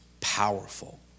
powerful